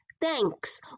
thanks